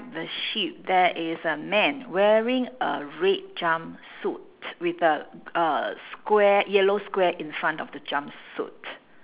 the sheep there is a man wearing a red jumpsuit with a uh square yellow square in front of the jumpsuit